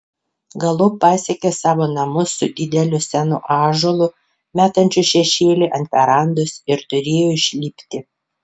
galop pasiekė savo namus su dideliu senu ąžuolu metančiu šešėlį ant verandos ir turėjo išlipti